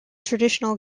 traditional